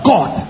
God